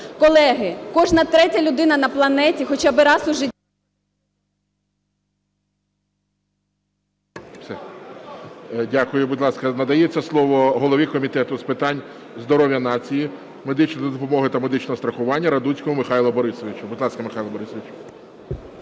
Колеги, кожна третя людина на планеті хоча би раз у житті…